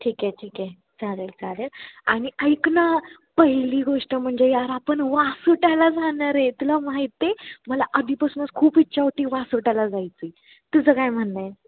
ठीक आहे ठीक आहे चालेल चालेल आणि ऐक ना पहिली गोष्ट म्हणजे यार आपण वासोट्याला जाणार आहे ह्यातलं माहिती मला आधीपासूनच खूप इच्छा होती वासोट्याला जायची तुझं काय म्हणणं आहे